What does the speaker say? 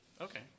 Okay